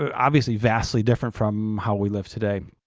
ah obviously vastly different from how we live today.